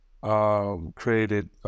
created